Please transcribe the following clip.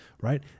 right